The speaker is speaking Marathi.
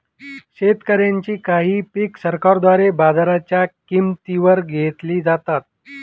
शेतकऱ्यांची काही पिक सरकारद्वारे बाजाराच्या किंमती वर घेतली जातात